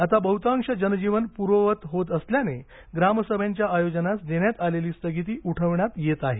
आता बहुतांश जनजीवन पूर्ववत होत असल्याने ग्रामसभांच्या आयोजनास देण्यात आलेली स्थगिती उठविण्यात येत आहे